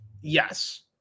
Yes